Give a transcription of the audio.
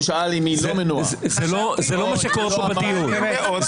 כי אני קורא את הכותרות ואומרים לי שאני חייב.